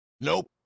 Nope